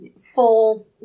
full